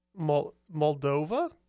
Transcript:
Moldova